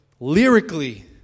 Lyrically